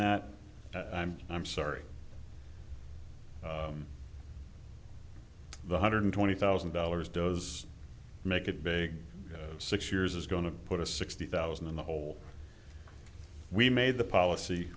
that i'm i'm sorry the hundred twenty thousand dollars does make it big six years is going to put a sixty thousand in the hole we made the policy